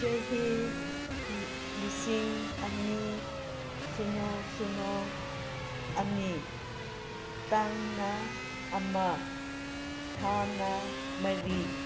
ꯆꯍꯤ ꯂꯤꯁꯤꯡ ꯑꯅꯤ ꯁꯤꯅꯣ ꯁꯤꯅꯣ ꯑꯅꯤ ꯇꯥꯡꯅ ꯑꯃ ꯊꯥꯅ ꯃꯔꯤ